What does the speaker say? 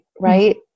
right